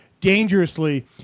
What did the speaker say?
dangerously